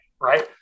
right